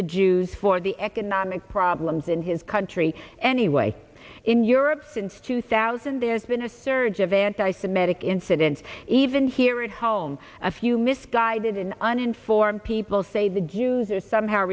the jews for the economic problems in his country anyway in europe since two thousand there's been a surge of anti semitic incidents even here at home a few misguided and uninformed people say the jews are somehow